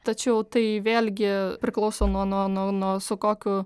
tačiau tai vėlgi priklauso nuo nuo nuo nuo su kokiu